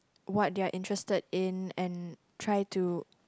what they are interested in and try to